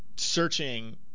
Searching